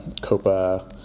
Copa